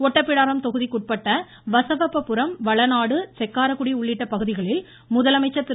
ஒட்டப்பிடாரம் தொகுதிக்குட்பட்ட வசவப்ப புரம் வளநாடு செக்காரக்குடி உள்ளிட்ட பகுதிகளில் முதலமைச்சர் திரு